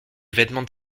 vêtements